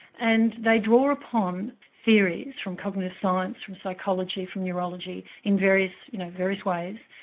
and they draw upon theories from cognitive science, from psychology, from neurology, in various you know various ways,